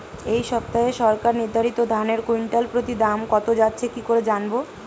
এই সপ্তাহে সরকার নির্ধারিত ধানের কুইন্টাল প্রতি দাম কত যাচ্ছে কি করে জানবো?